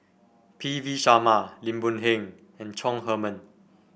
P V Sharma Lim Boon Heng and Chong Heman